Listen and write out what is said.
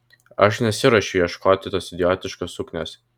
aš nesiruošiu ieškoti tos idiotiškos suknios